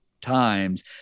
times